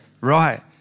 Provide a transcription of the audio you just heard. Right